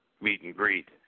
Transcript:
meet-and-greet